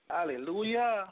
Hallelujah